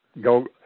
Go